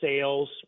sales